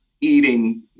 eating